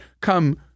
come